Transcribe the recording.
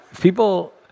people